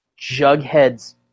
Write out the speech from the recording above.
Jughead's